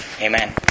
Amen